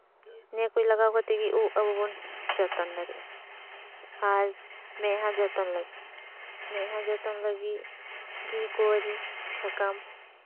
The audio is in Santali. ᱱᱤᱭᱟᱹ ᱠᱚ ᱞᱟᱜᱟᱣ ᱠᱟᱛᱮᱜ ᱜᱮ ᱩᱵ ᱟᱵᱚ ᱵᱚᱱ ᱡᱚᱛᱚᱱ ᱫᱟᱲᱮᱭᱟᱜᱼᱟ ᱟᱨ ᱢᱮᱫᱦᱟᱸ ᱡᱚᱛᱚᱱ ᱞᱟᱹᱜᱤᱫ ᱢᱮᱫᱦᱟ ᱡᱚᱛᱚᱱ ᱞᱟᱹᱜᱤᱫ ᱜᱮ ᱠᱚᱭᱨᱤ ᱥᱟᱠᱟᱢ